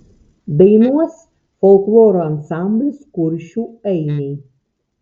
dainuos folkloro ansamblis kuršių ainiai